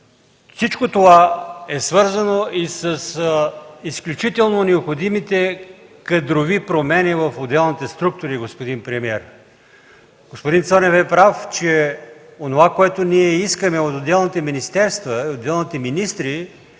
Всичко това е свързано и с изключително необходимите кадрови промени в отделните структури, господин премиер. Господин Цонев е прав, че онова, което ние искаме от отделните министерства, от отделните министри